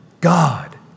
God